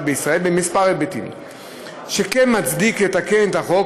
הצבאיים לבין בתי-המשפט בישראל בכמה היבטים שכן מצדיקים לתקן את החוק